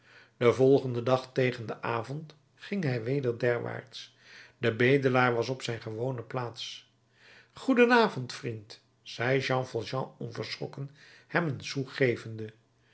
den volgenden dag tegen den avond ging hij weder derwaarts de bedelaar was op zijn gewone plaats goeden avond vriend zei jean valjean onverschrokken hem een sou gevende